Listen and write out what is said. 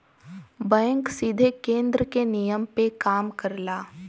bank सीधे केन्द्र के नियम पे काम करला